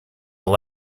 will